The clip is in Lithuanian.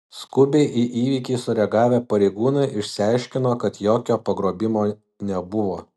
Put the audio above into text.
skubiai į įvykį sureagavę pareigūnai išsiaiškino kad jokio pagrobimo nebuvo